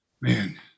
man